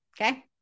Okay